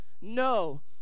no